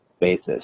basis